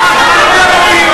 מה שאת אומרת.